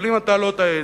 אבל אם אתה לא תעז,